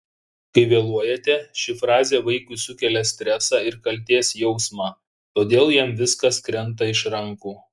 kai vėluojate ši frazė vaikui sukelia stresą ir kaltės jausmą todėl jam viskas krenta iš rankų